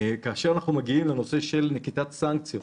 כאשר אנחנו מגיעים לנקיטת סנקציות